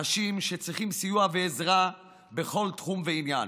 אנשים שצריכים סיוע ועזרה בכל תחום ועניין.